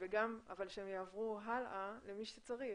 אבל אני מבקשת שהם יעברו הלאה למי שצריך,